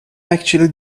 actually